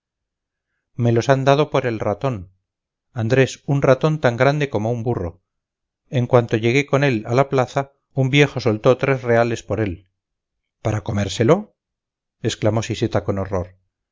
me los han dado por el ratón andrés un ratón tan grande como un burro en cuanto llegué con él a la plaza un viejo soltó tres reales por él para comérselo exclamó siseta con horror